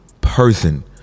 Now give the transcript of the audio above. person